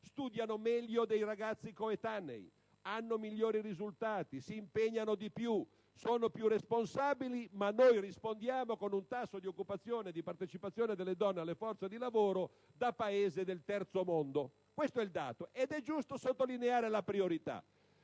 Studiano meglio dei ragazzi coetanei, ottengono migliori risultati, si impegnano di più, sono più responsabili, ma noi rispondiamo con un tasso di occupazione e di partecipazione delle donne alla forza lavoro da Paese del terzo mondo. Questo è il dato, ed è giusto sottolineare la priorità.